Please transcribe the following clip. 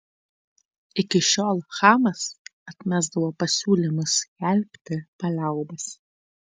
iki šiol hamas atmesdavo pasiūlymus skelbti paliaubas